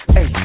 Hey